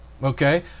Okay